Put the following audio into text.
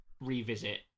revisit